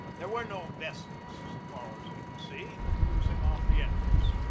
there were no vessels, so far as we could see, cruis ing off the entrance,